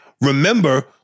Remember